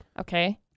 Okay